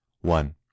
one